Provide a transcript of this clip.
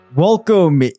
Welcome